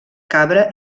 cabra